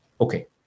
Okay